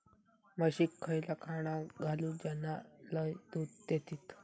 म्हशीक खयला खाणा घालू ज्याना लय दूध देतीत?